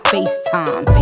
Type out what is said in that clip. FaceTime